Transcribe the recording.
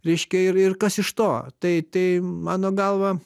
reiškia ir ir kas iš to tai tai mano galva